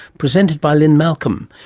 presented by lynne malcolm.